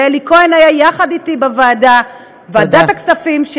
ואלי כהן היה יחד אתי בוועדה, ועדת הכספים, תודה.